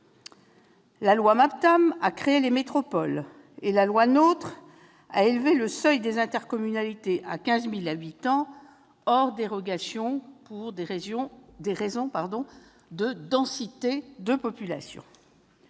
territoriale de la République, la loi NOTRe, a élevé le seuil des intercommunalités à 15 000 habitants, hors dérogation, pour des raisons de densité de population.